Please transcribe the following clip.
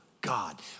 God